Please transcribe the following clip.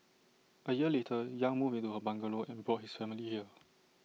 A year later yang moved into her bungalow and brought his family here